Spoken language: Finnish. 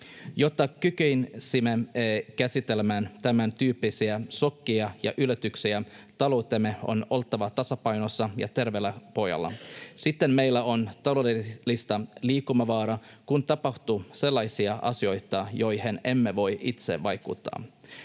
Jotta kykenisimme käsittelemään tämän tyyppisiä šokkeja ja yllätyksiä, taloutemme on oltava tasapainossa ja terveellä pohjalla. Siten meillä on taloudellista liikkumavaraa, kun tapahtuu sellaisia asioita, joihin emme voi itse vaikuttaa.